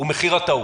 הוא מחיר הטעות.